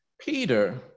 Peter